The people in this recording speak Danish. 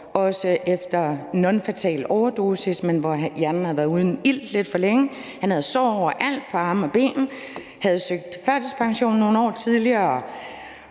også efter en nonfatal overdosis, hvor hjernen havde været uden ilt lidt for længe. Han havde sår overalt på arme og ben. Han havde søgt førtidspension nogle år tidligere